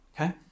Okay